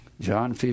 John